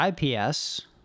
IPS